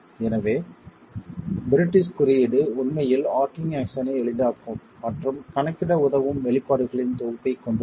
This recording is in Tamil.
எனவே பிரிட்டிஷ் குறியீடு உண்மையில் ஆர்ச்சிங் ஆக்சன்யை எளிதாக்கும் மற்றும் கணக்கிட உதவும் வெளிப்பாடுகளின் தொகுப்பைக் கொண்டுள்ளது